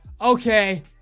okay